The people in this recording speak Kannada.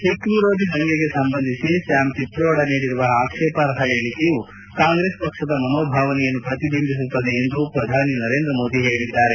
ಸಿಬ್ ವಿರೋಧಿ ದಂಗೆಗೆ ಸಂಬಂಧಿಸಿ ಸ್ಟಾಮ್ ಪಿತ್ರೋಡಾ ನೀಡಿರುವ ಆಕ್ಷೇಪಾರ್ಹ ಹೇಳಿಕೆಯು ಕಾಂಗ್ರೆಸ್ ಪಕ್ಷದ ಮನೋಭಾವನೆಯನ್ನು ಪ್ರತಿಬಿಂಬಿಸುತ್ತದೆ ಎಂದು ಪ್ರಧಾನಿ ನರೇಂದ್ರ ಮೋದಿ ಹೇಳಿದ್ದಾರೆ